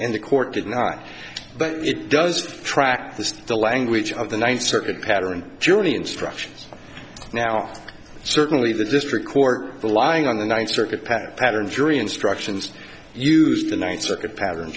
and the court did not but it does track this the language of the ninth circuit pattern jury instructions now certainly the district court the lying on the ninth circuit pattern pattern jury instructions use the ninth circuit pattern